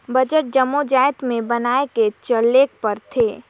budget जम्मो जाएत में बनाए के चलेक परथे